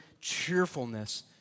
cheerfulness